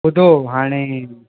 ॿुधो हाणे